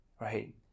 right